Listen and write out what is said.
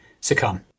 succumb